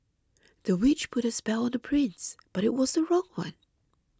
the witch put a spell on the prince but it was the wrong one